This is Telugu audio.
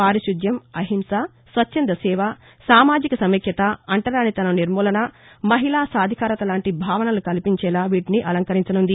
పారిశుధ్యం అహింస స్వచ్చంద సేవ సామాజిక సమైక్యత అంటరానితసం నిర్మూలన మహిళా సాధికారత లాంటి భావనలు కనిపించేలా వీటిని అలంకరించనుంది